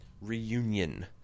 reunion